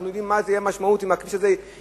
ואנחנו יודעים מה תהיה המשמעות אם הכביש הזה ייפתח.